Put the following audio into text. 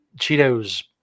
Cheetos